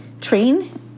train